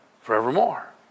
forevermore